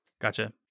Gotcha